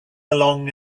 along